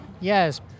Yes